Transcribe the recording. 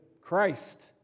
Christ